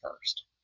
first